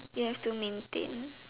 ya still maintain